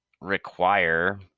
require